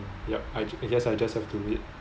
yup I guess I just have to wait